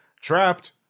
trapped